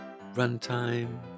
Runtime